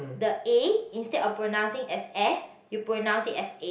the A instead of pronouncing as air you pronounce it as A